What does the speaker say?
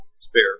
spare